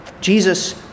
Jesus